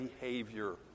behavior